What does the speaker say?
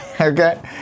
Okay